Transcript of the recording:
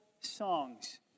songs